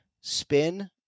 spin